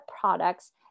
products